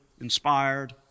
inspired